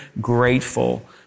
grateful